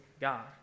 God